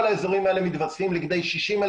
כל האזורים האלה מתווספים לכדי 60,000